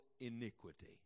iniquity